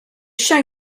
show